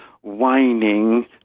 whining